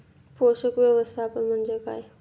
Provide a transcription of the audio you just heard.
पोषक व्यवस्थापन म्हणजे काय?